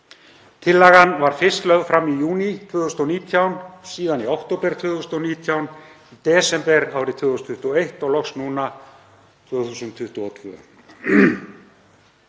Tillagan var fyrst lögð fram í júní 2019, síðan í október 2019, desember árið 2021 og loks núna 2022.